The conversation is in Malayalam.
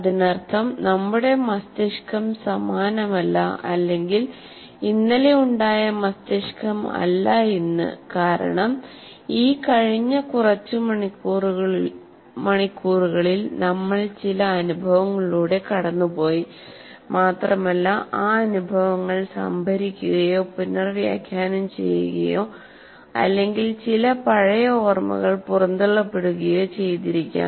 അതിനർത്ഥം നമ്മുടെ മസ്തിഷ്കം സമാനമല്ല അല്ലെങ്കിൽ ഇന്നലെ ഉണ്ടായ മസ്തിഷ്കം അല്ല ഇന്ന് കാരണം ഈ കഴിഞ്ഞ കുറച്ച് മണിക്കൂറുകളിൽ നമ്മൾ ചില അനുഭവങ്ങളിലൂടെ കടന്നുപോയി മാത്രമല്ല ആ അനുഭവങ്ങൾ സംഭരിക്കുകയോ പുനർവ്യാഖ്യാനം ചെയ്യുകയോ അല്ലെങ്കിൽ ചില പഴയ ഓർമ്മകൾ പുറന്തള്ളപ്പെടുകയോ ചെയ്തിരിക്കാം